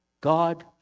god